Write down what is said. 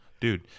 dude